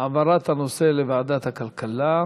העברת הנושא לוועדת הכלכלה?